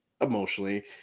emotionally